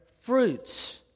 fruits